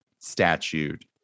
statute